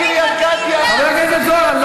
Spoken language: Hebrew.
חבר הכנסת זוהר,